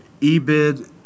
ebid